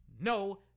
No